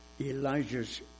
Elijah's